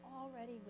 already